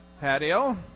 patio